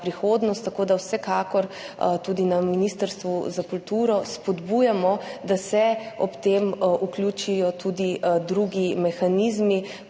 Tako da vsekakor tudi na Ministrstvu za kulturo spodbujamo, da se ob tem vključijo tudi drugi mehanizmi,